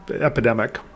epidemic